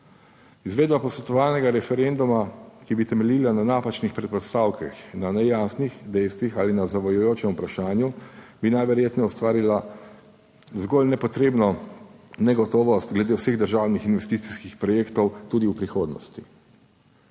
Izvedba posvetovalnega referenduma, ki bi temeljila na napačnih predpostavkah, na nejasnih dejstvih ali na zavajajočem vprašanju, bi najverjetneje ustvarila zgolj nepotrebno negotovost glede vseh državnih investicijskih projektov tudi v prihodnosti?